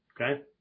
Okay